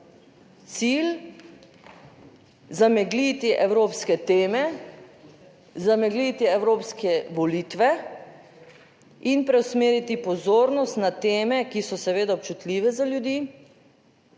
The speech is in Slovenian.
Cilj: zamegliti evropske teme, zamegliti evropske volitve in preusmeriti pozornost na teme, ki so seveda občutljive za ljudi